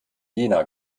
jena